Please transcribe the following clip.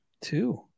two